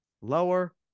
lower